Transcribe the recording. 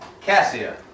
Cassia